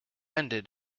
ended